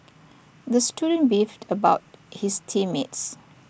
the student beefed about his team mates